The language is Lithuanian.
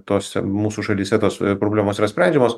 tose mūsų šalyse tos problemos yra sprendžiamos